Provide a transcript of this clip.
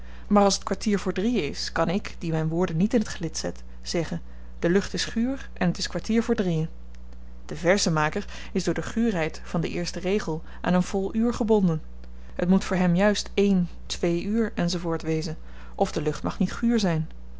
maar als t kwartier voor drieën is kan ik die myn woorden niet in t gelid zet zeggen de lucht is guur en t is kwartier voor drieën de verzenmaker is door de guurheid van den eersten regel aan een vol uur gebonden het moet voor hem juist een twee uur enz wezen of de lucht mag niet guur zyn